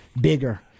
bigger